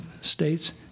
states